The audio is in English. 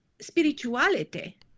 spirituality